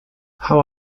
how